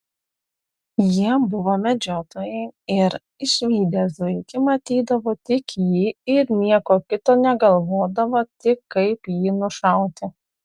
jie buvo medžiotojai ir išvydę zuikį matydavo tik jį ir nieko kito negalvodavo tik kaip jį nušauti